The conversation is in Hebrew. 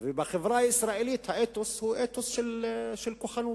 ובחברה הישראלית האתוס הוא אתוס של כוחנות.